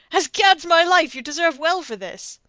as gad's my life, you deserve well for this.